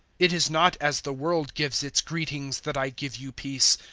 it is not as the world gives its greetings that i give you peace.